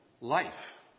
life